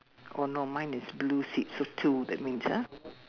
oh no mine is blue seats so two that means ah